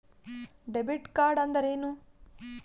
Debit ಕಾರ್ಡ್ಅಂದರೇನು?